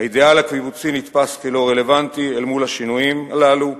האידיאל הקיבוצי נתפס כלא רלוונטי אל מול השינויים הללו,